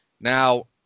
Now